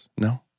No